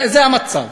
זה המצב.